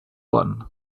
one